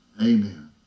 Amen